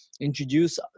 introduce